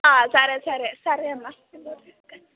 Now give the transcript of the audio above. ఆ సరే సరే సరే అమ్మ